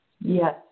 Yes